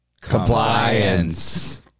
Compliance